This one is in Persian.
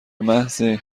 محضی